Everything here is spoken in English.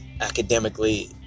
academically